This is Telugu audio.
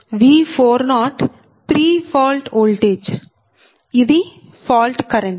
V40 ప్రీ ఫాల్ట్ ఓల్టేజ్ ఇది ఫాల్ట్ కరెంట్